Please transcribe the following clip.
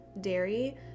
dairy